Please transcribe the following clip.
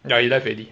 ya he left already